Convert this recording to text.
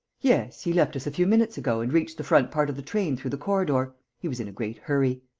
yes, he left us a few minutes ago and reached the front part of the train through the corridor. he was in a great hurry.